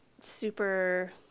super